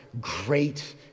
great